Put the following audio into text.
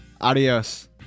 adios